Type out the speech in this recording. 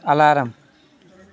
alarm